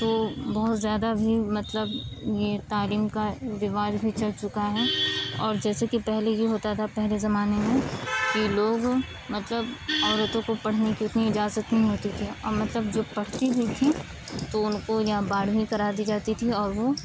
تو بہت زیادہ بھی مطلب یہ تعلیم کا رواج بھی چل چکا ہے اور جیسے کہ پہلے جو ہوتا تھا پہلے زمانے میں کہ لوگ مطلب عورتوں کو پڑھنے کی اتنی اجازت نہیں ہوتی تھی اور مطلب جو پڑھتی بھی تھیں تو ان کو یا بارہویں کرا دی جاتی تھی اور وہ